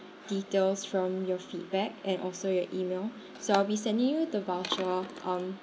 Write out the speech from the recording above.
details from your feedback and also your email so I'll be sending you the voucher um